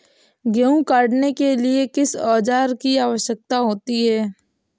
गेहूँ काटने के लिए किस औजार की आवश्यकता होती है?